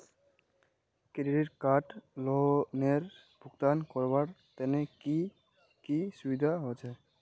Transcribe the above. Credit card लोनेर भुगतान करवार तने की की सुविधा होचे??